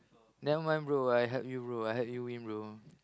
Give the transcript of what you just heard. never mind bro I help you bro I help you win bro